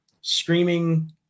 screaming